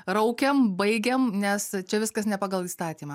raukiam baigiam nes čia viskas ne pagal įstatymą